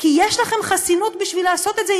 כי יש לכם חסינות בשביל לעשות את זה,